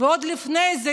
ועוד לפני זה,